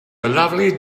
lovely